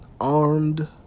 armed